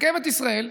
רכבת ישראל,